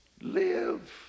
live